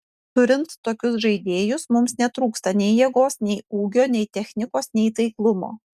turint tokius žaidėjus mums netrūksta nei jėgos nei ūgio nei technikos nei taiklumo